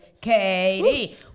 Katie